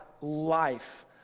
life